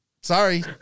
Sorry